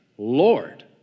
Lord